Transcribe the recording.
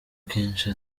kenshi